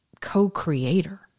co-creator